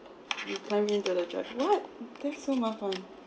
you come in to the ju~ that's so much ma~